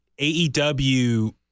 AEW